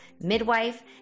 midwife